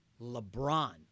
LeBron